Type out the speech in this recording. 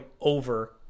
over